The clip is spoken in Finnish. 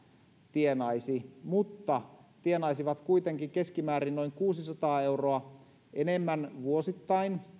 tienaisi mutta he tienaisivat kuitenkin keskimäärin noin kuusisataa euroa enemmän vuosittain